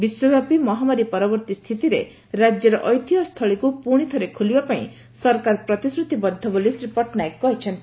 ବିଶ୍ୱବ୍ୟାପୀ ମହାମାରୀ ପରବର୍ତ୍ତୀ ସ୍ଥିତିରେ ରାଜ୍ୟର ଏତିହ୍ୟ ସ୍ଥଳୀକୁ ପୁଶି ଥରେ ଖୋଲିବାପାଇଁ ସରକାର ପ୍ରତିଶ୍ରତିବଦ୍ଧ ବୋଲି ଶ୍ରୀ ପଟ୍ଟନାୟକ କହିଛନ୍ତି